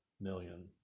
million